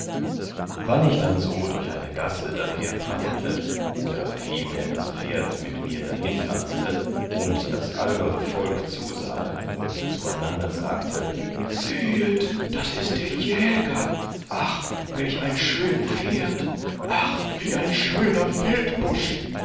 wann ich dann so durch eine gasse daherprangete oder vielmehr das pferd mit mir dahintanzte und das albere volk zusahe und zueinander sagte sehet das ist der jäger ach welch ein schön pferd ach wie ein schöner